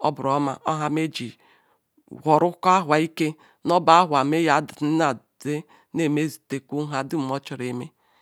oha nyi whuruke aloha ike oba awha meji mezate nhadum mretora ome